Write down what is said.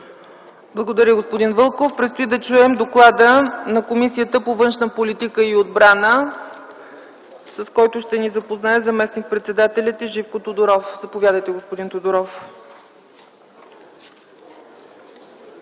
Благодаря, господин Вълков. Предстои да чуем доклада на Комисията по външна политика и отбрана, с който ще ни запознае заместник-председателят й господин Живко Тодоров. Заповядайте, господин Тодоров.